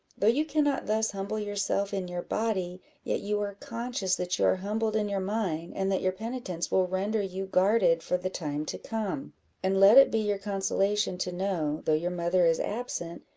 though you cannot thus humble yourself in your body, yet you are conscious that you are humbled in your mind, and that your penitence will render you guarded for the time to come and let it be your consolation to know, though your mother is absent,